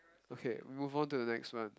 okay move onto the next one